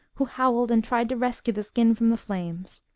who howled and tried to rescue the skin from the flames.